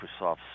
Microsoft